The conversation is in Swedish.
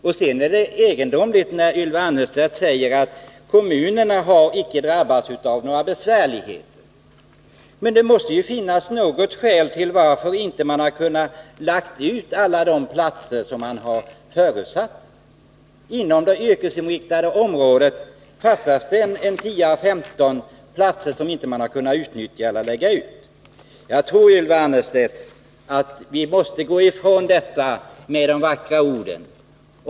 Det är egendomligt att Ylva Annerstedt säger att kommunerna icke har drabbats av några besvärligheter. Det måste ju finnas något skäl till att man inte kunnat lägga ut alla de platser som man förutsatt skulle läggas ut. Inom det yrkesinriktade området fattas 10-15 000 platser, som man inte kunnat lägga ut. Jag tror, Ylva Annerstedt, att vi måste gå ifrån de vackra orden.